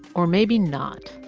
or maybe not.